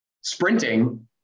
sprinting